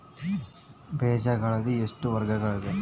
ಬೇಜಗಳಲ್ಲಿ ಎಷ್ಟು ವರ್ಗಗಳಿವೆ?